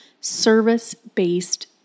service-based